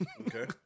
Okay